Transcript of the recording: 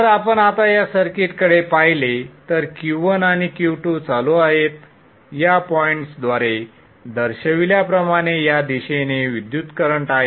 जर आपण आता या सर्किटकडे पाहिले तर Q1 आणि Q2 चालू आहेत या पॉइंटर्सद्वारे दर्शविल्याप्रमाणे या दिशेने विद्युत करंट आहे